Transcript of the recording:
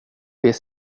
det